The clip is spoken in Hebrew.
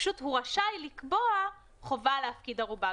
פשוט הוא רשאי לקבוע חובה להפקיד ערובה.